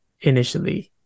initially